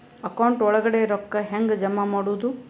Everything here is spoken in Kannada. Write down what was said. ಅಕೌಂಟ್ ಒಳಗಡೆ ರೊಕ್ಕ ಹೆಂಗ್ ಜಮಾ ಮಾಡುದು?